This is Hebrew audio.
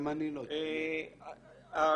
אני